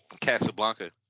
Casablanca